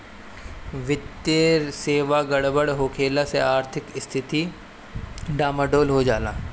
वित्तीय सेवा गड़बड़ होखला से आर्थिक स्थिती डमाडोल हो जाला